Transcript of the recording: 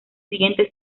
siguiente